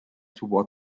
toward